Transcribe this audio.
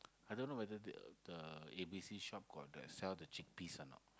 I don't know whether the the A_B_C shop got the sell the cheap piece or not